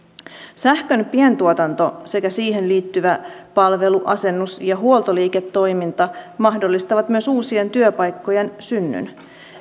sähkön pientuotanto sekä siihen liittyvä palvelu asennus ja huoltoliiketoiminta mahdollistavat myös uusien työpaikkojen synnyn